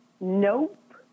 Nope